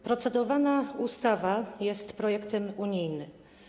Procedowana ustawa jest projektem unijnym.